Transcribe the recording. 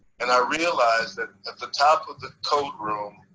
and i realized that at the top of the coat room,